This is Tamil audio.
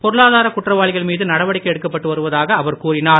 பொருளாதாரக் குற்றவாளிகள் மீது நடவடிக்கை எடுக்கப்பட்டு வருவதாக அவர் கூறினார்